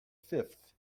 fifth